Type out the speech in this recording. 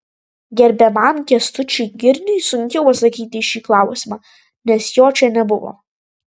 gerbiamam kęstučiui girniui sunkiau atsakyti į šį klausimą nes jo čia nebuvo